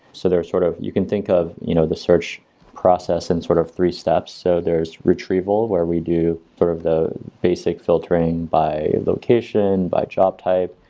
so they're sort of, you can think of you know the search process in sort of three steps so there is retrieval, where we do sort of the basic filtering by location, by job type,